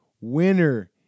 winner